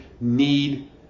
need